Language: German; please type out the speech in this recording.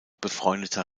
befreundeter